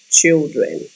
children